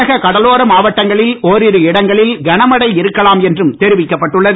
தமிழக கடலோர மாவட்டங்களில் ஓரிரு இடங்களில் கனமழை இருக்கலாம் என்றும் தெரிவிக்கப்பட்டுள்ளது